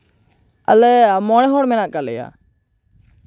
ᱟᱞᱮ ᱢᱚᱬᱮ ᱦᱚᱲ ᱢᱮᱱᱟᱜ ᱠᱟᱜ ᱞᱮᱭᱟ